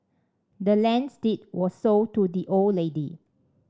the land's deed was sold to the old lady